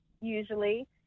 usually